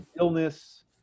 illness